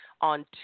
on